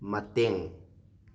ꯃꯇꯦꯡ